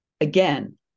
again